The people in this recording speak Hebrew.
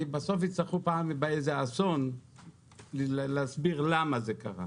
בסוף יצטרכו אחרי איזה אסון להסביר למה זה קרה.